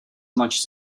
much